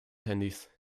handys